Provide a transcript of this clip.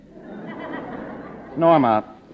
Norma